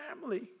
family